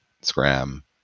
scram